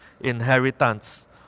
inheritance